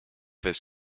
his